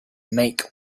make